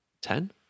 ten